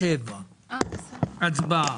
13:27 הצבעה.